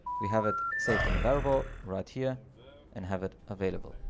we have it saved in a variable right here and have it available.